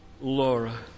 Laura